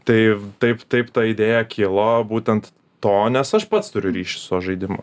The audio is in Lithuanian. tai taip taip ta idėja kilo būtent to nes aš pats turiu ryšį su žaidimu